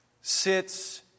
sits